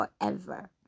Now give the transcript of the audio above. forever